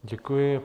Děkuji.